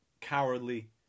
cowardly